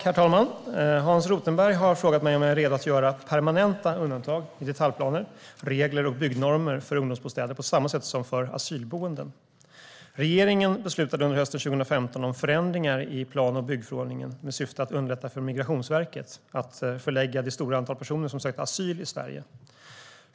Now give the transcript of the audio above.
Herr talman! Hans Rothenberg har frågat mig om jag är redo att göra permanenta undantag i detaljplaner, regler och byggnormer för ungdomsbostäder på samma sätt som för asylboenden. Regeringen beslutade under hösten 2015 om förändringar i plan och byggförordningen med syfte att underlätta för Migrationsverket att förlägga det stora antal personer som sökte asyl i Sverige.